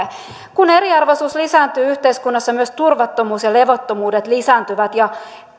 kun eriarvoisuus lisääntyy yhteiskunnassa myös turvattomuus ja levottomuudet lisääntyvät ja